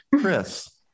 chris